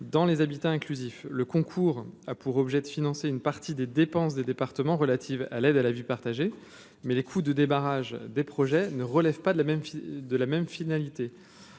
dans les habitants inclusif, le concours a pour objet de financer une partie des dépenses des départements relatives à l'aide à la vue partagé, mais les coûts de démarrage des projets ne relève pas de la même de la